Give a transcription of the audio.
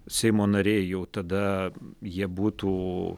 seimo nariai jau tada jie būtų